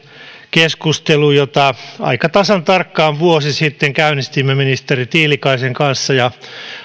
keskustelun jota aika tasan tarkkaan vuosi sitten käynnistimme ministeri tiilikaisen kanssa ja